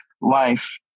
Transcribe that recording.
life